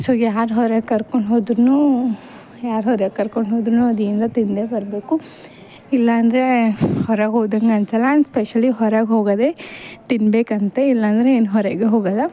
so ಯಾರು ಹೊರಗೆ ಕರ್ಕೊಂಡು ಹೋದ್ರು ಯಾರು ಹೊರ ಕರ್ಕೊಂಡು ಹೋದ್ರು ಅದೇನರ ತಿಂದೇ ಬರಬೇಕು ಇಲ್ಲ ಅಂದರೆ ಹೊರಗೆ ಹೋದಂಗೆ ಅನ್ಸೋಲ್ಲ ಆ್ಯಂಡ್ ಸ್ಪೆಶಲಿ ಹೊರಗೆ ಹೋಗೋದೆ ತಿನ್ಬೇಕು ಅಂತೆ ಇಲ್ಲಾಂದರೆ ಇನ್ನು ಹೊರಗೆ ಹೋಗೋಲ್ಲ